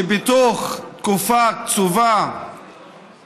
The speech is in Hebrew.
שבתוך תקופה קצובה